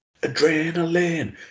Adrenaline